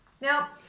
Now